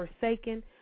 Forsaken